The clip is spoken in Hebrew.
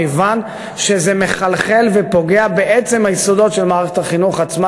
כיוון שזה מחלחל ופוגע בעצם היסודות של מערכת החינוך עצמה,